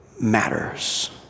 matters